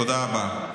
תודה רבה.